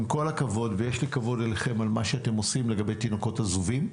עם כל הכבוד ויש לי כבוד אליכם על מה שאתם עושים לגבי תינוקות עזובים.